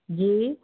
जी